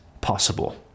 possible